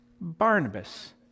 Barnabas